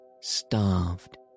starved